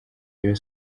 rayon